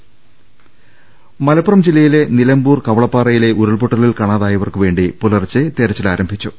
ദർവ്വഹിദ മലപ്പുറം ജില്ലയിലെ നിലമ്പൂർ കവളപ്പാറയിലെ ഉരുൾപൊട്ടലിൽ കാണാ തായവർക്കുവേണ്ടി പുലർച്ചെ തെരച്ചിൽ ആരംഭിച്ചു